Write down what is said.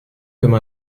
comme